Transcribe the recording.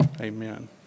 amen